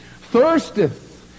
thirsteth